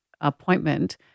appointment